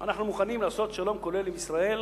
אנחנו מוכנים לעשות שלום כולל עם ישראל